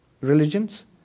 Religions